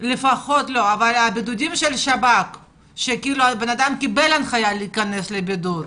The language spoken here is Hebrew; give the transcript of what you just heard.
אבל הבידודים של השב"כ כאשר הבן אדם קיבל הנחיה להיכנס לבידוד,